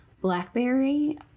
blackberry